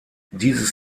dieses